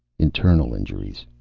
internal injuries.